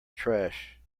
trash